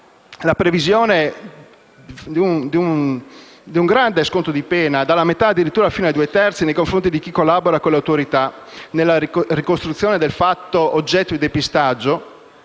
la previsione di un grande sconto di pena - dalla metà addirittura fino ai due terzi - nei confronti di chi collabora con l'autorità giudiziaria nella ricostruzione del fatto oggetto di depistaggio